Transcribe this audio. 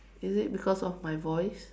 is it because of my voice